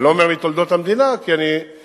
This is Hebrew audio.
אני לא אומר מתולדות המדינה אלא מהשנה,